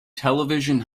television